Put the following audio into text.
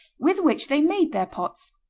with which they made their pots.